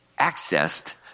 accessed